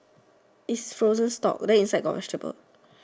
is frozen stock then inside got vegetables